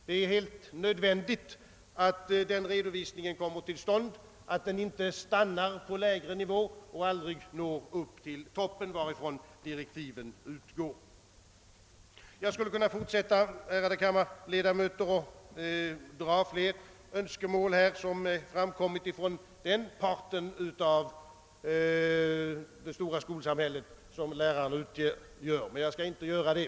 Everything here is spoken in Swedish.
Det är absolut nödvändigt att en sådan redovisning kommer till stånd och inte stannar på lägre nivå utan når upp till den topp varifrån direktiven utgår. Jag skulle kunna fortsätta, ärade kam marledamöter, att dra fram flera önskemål från den del av det stora skolsamhället som lärarna utgör, men jag skall inte göra det.